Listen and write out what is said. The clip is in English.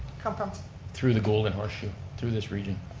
come from through the golden horseshoe, through this region.